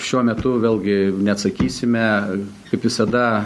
šiuo metu vėlgi neatsakysime kaip visada